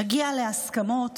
נגיע להסכמות